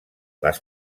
les